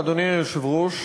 אדוני היושב-ראש,